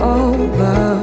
over